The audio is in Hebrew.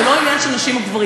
זה לא עניין של נשים או גברים,